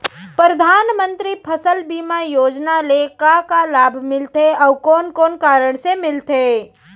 परधानमंतरी फसल बीमा योजना ले का का लाभ मिलथे अऊ कोन कोन कारण से मिलथे?